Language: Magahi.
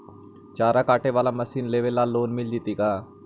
चारा काटे बाला मशीन लेबे ल लोन मिल जितै का?